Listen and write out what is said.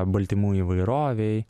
baltymų įvairovei